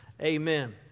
Amen